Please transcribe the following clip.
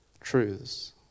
truths